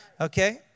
Okay